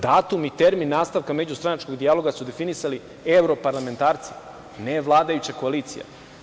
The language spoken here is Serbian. Datum i termin nastavka međustranačkog dijaloga su definisali evroparlamentarci, ne vladajuća koalicija.